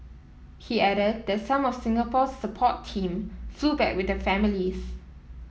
he added that some of Singapore's support team flew back with the families